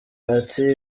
ati